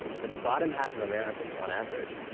the bottom half of americans, on average,